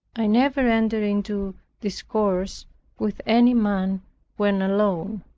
i never entered into discourse with any man when alone.